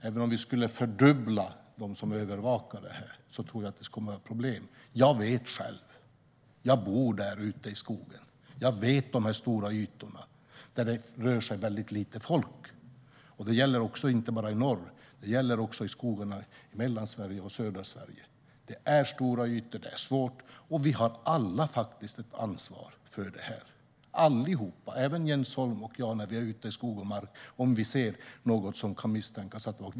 Även om vi skulle fördubbla antalet övervakare skulle det bli problem. Jag bor ute i skogen, så jag vet själv hur stora ytor det är där det rör sig väldigt lite folk. Det gäller inte bara i norr, utan det gäller också skogarna i Mellansverige och i södra Sverige. Vi har alla ett ansvar för att göra en anmälan, även Jens Holm och jag när vi är ute i skog och mark, om vi ser något misstänkt.